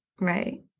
Right